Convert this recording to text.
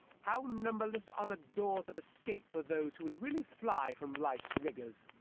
how numberless are the doors of escape for those who would really fly from life's rigors!